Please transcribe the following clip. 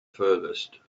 furthest